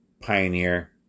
Pioneer